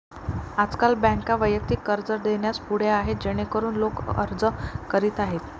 आजकाल बँका वैयक्तिक कर्ज देण्यास पुढे आहेत जेणेकरून लोक अर्ज करीत आहेत